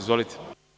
Izvolite.